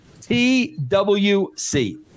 TWC